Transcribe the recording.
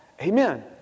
Amen